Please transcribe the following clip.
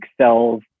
cells